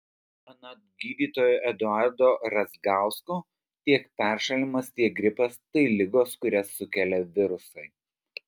anot gydytojo eduardo razgausko tiek peršalimas tiek gripas tai ligos kurias sukelia virusai